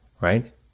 right